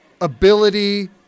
ability